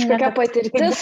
kažkokia patirtis